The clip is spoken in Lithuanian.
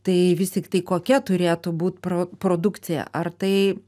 tai vis tiktai kokia turėtų būt pro produkcija ar tai